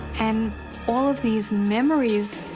and all of these memories